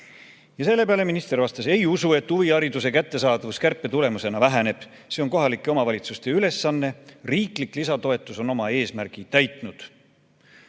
Ja selle peale minister vastas: ei usu, et huvihariduse kättesaadavus kärpe tagajärjel väheneb. See on kohalike omavalitsuste ülesanne, riiklik lisatoetus on oma eesmärgi täitnud.